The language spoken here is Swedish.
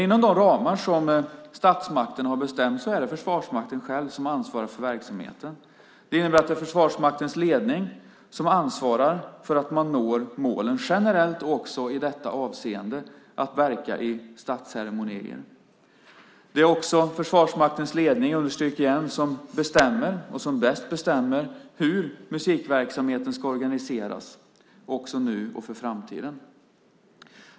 Inom de ramar som statsmakten har bestämt är det Försvarsmakten själv som ansvarar för verksamheten. Det innebär att det är Försvarsmaktens ledning som ansvarar för att man når målen generellt också i detta avseende - att verka i statsceremonier. Jag understryker igen att det också är Försvarsmaktens ledning som bestämmer och som bäst bestämmer hur musikverksamheten ska organiseras nu och för framtiden.